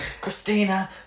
Christina